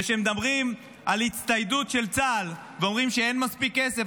כשמדברים על הצטיידות של צה"ל ואומרים שאין מספיק כסף,